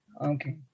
Okay